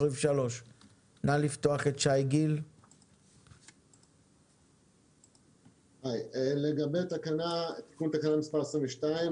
23. לגבי תיקון תקנה מספר 22,